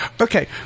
Okay